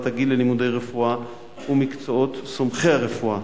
הגיל ללימודי רפואה ומקצועות סומכי רפואה.